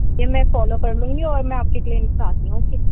میں فالو کر لوں گی اور میں آپ کے کلینک پہ آتی ہوں اوکے